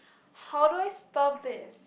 how do I stop this